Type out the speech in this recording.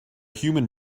human